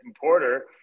Porter